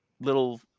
little